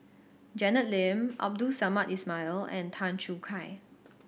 Janet Lim Abdul Samad Ismail and Tan Choo Kai